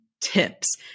tips